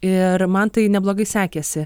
ir man tai neblogai sekėsi